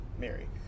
Mary